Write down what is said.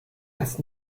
das